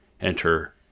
Enter